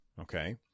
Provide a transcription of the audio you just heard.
okay